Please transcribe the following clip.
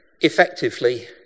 Effectively